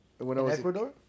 Ecuador